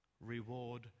reward